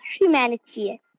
humanity